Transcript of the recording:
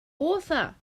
author